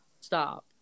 Stop